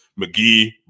mcgee